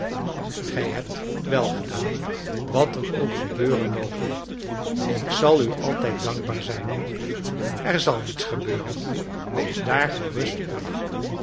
gij hebt wèl gedaan wat er ook gebeuren moge ik zal u altijd dankbaar zijn er zal niets gebeuren wees daar gerust op